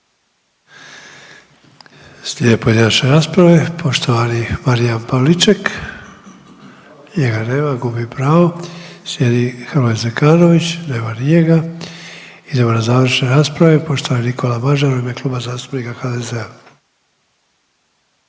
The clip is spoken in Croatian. Slijede pojedinačne rasprave poštovani Marijan Pavliček. Njega nema, gubi pravo. Slijedi Hrvoje Zekanović, nema ni njega. Idemo na završne rasprave poštovani Nikola Mažar u ime Kluba zastupnika HDZ-a.